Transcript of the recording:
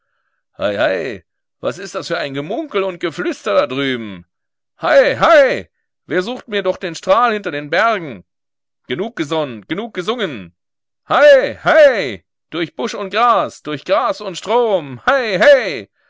hei hei was ist das für ein gemunkel und geflüster da drüben hei hei wer sucht mir doch den strahl hinter den bergen genug gesonnt genug gesungen hei hei durch busch und gras durch gras und strom hei hei